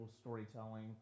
storytelling